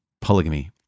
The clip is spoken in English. polygamy